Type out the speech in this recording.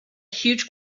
huge